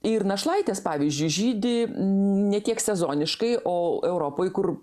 ir našlaitės pavyzdžiui žydi ne tiek sezoniškai o europoj kur